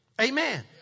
Amen